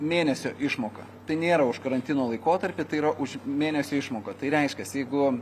mėnesio išmoka tai nėra už karantino laikotarpį tai yra už mėnesio išmoka tai reiškias jeigu